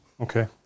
Okay